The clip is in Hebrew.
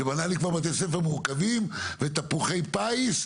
שבנה לי כבר בתי ספר מורכבים ותפוחי פיס,